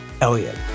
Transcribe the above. Elliott